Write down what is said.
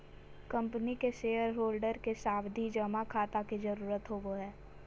company के shareholder के सावधि जमा खाता के जरूरत होवो हय